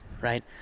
right